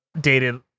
dated